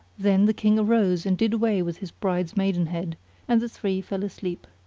then the king arose and did away with his bride's maidenhead and the three fell asleep.